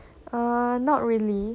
err not really